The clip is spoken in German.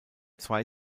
zwei